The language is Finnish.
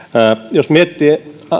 jos miettii